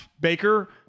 Baker